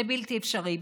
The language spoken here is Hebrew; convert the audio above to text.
זה בלתי אפשרי.